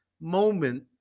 moment